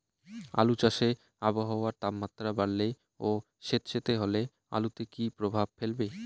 আলু চাষে আবহাওয়ার তাপমাত্রা বাড়লে ও সেতসেতে হলে আলুতে কী প্রভাব ফেলবে?